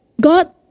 God